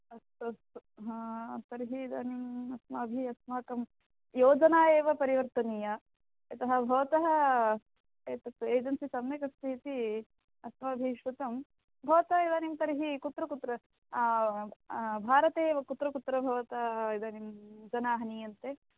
अस्तु अस्तु तर्हि इदानीम् अस्माभिः अस्माकं योजना एव परिवर्तनीया यतः भवतः एतत् एजन्सि सम्यगस्ति इति अस्माभिः श्रुतं भवतः इदानीं तर्हि कुत्र कुत्र भारतेव कुत्र कुत्र भवता इदानीं जनाः नीयन्ते